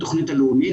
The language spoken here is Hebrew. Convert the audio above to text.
בתוכנית הלאומית,